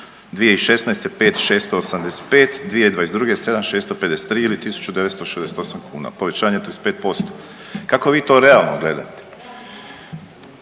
2016. - 5.685, 2022. - 7,653 ili tisuću 968 kuna, povećanje 35%. Kako vi to realno gledate?